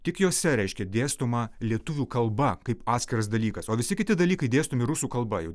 tik jose reiškia dėstoma lietuvių kalba kaip atskiras dalykas o visi kiti dalykai dėstomi rusų kalba jau